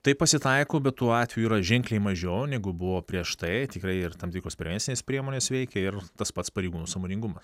taip pasitaiko bet tų atvejų yra ženkliai mažiau negu buvo prieš tai tikrai ir tam tikros prevencinės priemonės veikia ir tas pats pareigūnų sąmoningumas